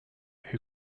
who